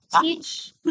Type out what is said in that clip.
Teach